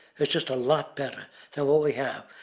it's just a lot better than what we have.